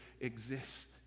exist